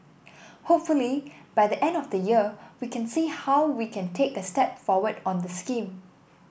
hopefully by the end of the year we can see how we can take a step forward on the scheme